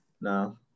No